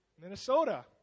Minnesota